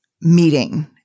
meeting